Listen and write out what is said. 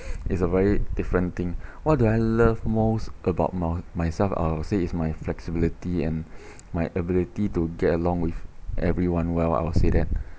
it's a very different thing what do I love most about my myself I'll say it's my flexibility and my ability to get along with everyone well I will say that